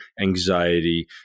anxiety